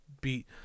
beat